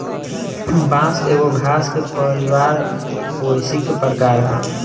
बांस एगो घास के परिवार पोएसी के प्रकार ह